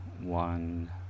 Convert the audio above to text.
one